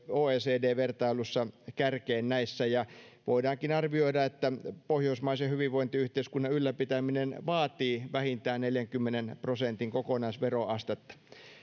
vertailussa kärkeen näissä voidaankin arvioida että pohjoismaisen hyvinvointiyhteiskunnan ylläpitäminen vaatii vähintään neljänkymmenen prosentin kokonaisveroastetta